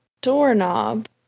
doorknob